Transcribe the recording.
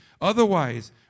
Otherwise